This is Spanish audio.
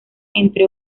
entre